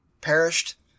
perished